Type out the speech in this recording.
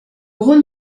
gros